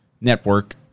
network